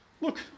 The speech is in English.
Look